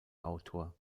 autor